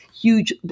huge